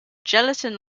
gelatin